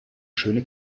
schöne